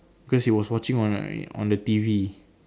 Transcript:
cause he was watching on like on the T_V